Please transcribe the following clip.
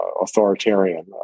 authoritarian